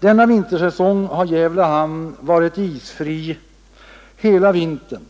Denna vintersäsong har Gävle hamn varit isfri hela vintern